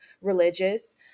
religious